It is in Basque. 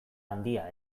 handia